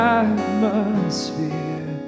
atmosphere